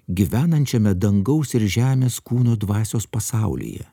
gyvenančiame dangaus ir žemės kūno dvasios pasaulyje